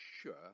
sure